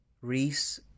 Reese